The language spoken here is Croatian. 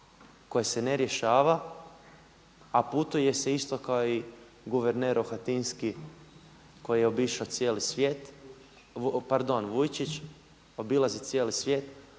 koje se ne rješava, a putuje se isto kao i guverner Rohatinski koji je obišao cijeli svijet, pardon Vujčić, obilazi cijeli svijet